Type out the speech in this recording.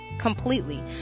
Completely